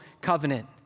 covenant